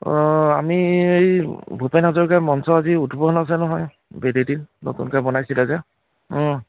অঁ আমি হেৰি ভূপেন হাজৰিকাৰ মঞ্চ আজি উদ্ৱোধন আছে নহয় বেদেতিত নতুনকৈ বনাইছিলে যে